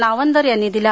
नावंदर यांनी दिला